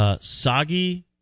Soggy